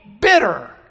bitter